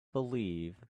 believe